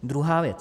Druhá věc.